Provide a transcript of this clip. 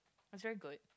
it's very good